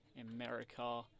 America